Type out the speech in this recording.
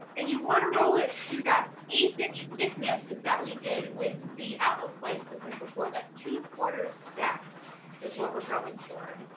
and you want to roll it to that eighth inch thickness that we did with the apple slices like before, that two quarters stacked is what we're going for.